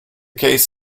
case